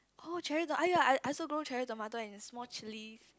oh cherry got aiyar I I also grow cherry tomato and small chilies